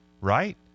right